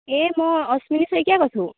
এই মই শইকীয়াই কৈছোঁ